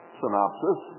synopsis